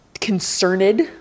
Concerned